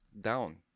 Down